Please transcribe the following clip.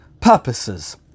purposes